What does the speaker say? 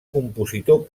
compositor